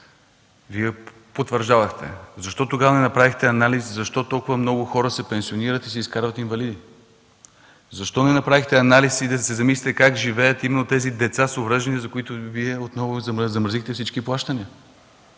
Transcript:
Вие потвърждавате! Защо тогава не направихте анализ защо толкова много хора се пенсионират и се изкарват инвалиди? Защо не направихте анализ и да се замислите как живеят именно тези деца с увреждания, на които Вие отново замразихте всички плащания?